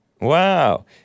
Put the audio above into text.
Wow